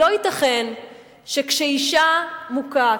לא ייתכן שכשאשה מוכה,